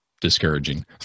discouraging